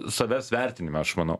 savęs vertinime aš manau